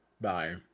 Bye